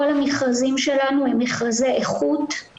כל המכרזים שלנוהם מכרזי איכות,